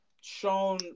shown